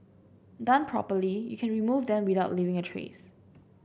done properly you can remove them without leaving a trace